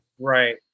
Right